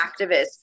activists